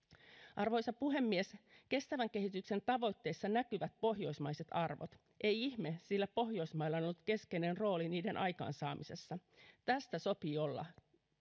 arvoisa puhemies kestävän kehityksen tavoitteissa näkyvät pohjoismaiset arvot ei ihme sillä pohjoismailla on ollut keskeinen rooli niiden aikaansaamisessa tästä sopii olla